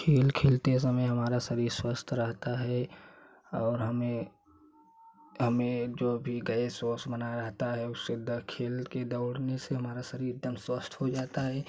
खेल खेलते समय हमारा शरीर स्वस्थ रहता है और हमें हमें जो भी गैस वोस बना रहता है उससे खेल के दौड़ने से हमारा शरीर एकदम स्वस्थ हो जाता है